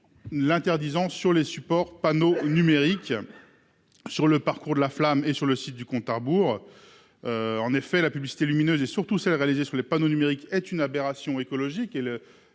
L'interdisant sur les supports panneau numérique. Sur le parcours de la flamme et sur le site du compte-à-rebours. En effet, la publicité lumineuse et surtout celle réalisée sur les panneaux numériques est une aberration écologique et le